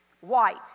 White